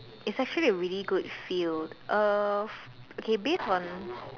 it's actually a really good field uh okay based on